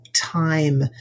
time